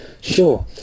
Sure